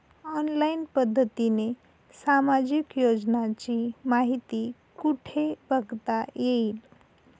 Online पद्धतीने सामाजिक योजनांची माहिती कुठे बघता येईल?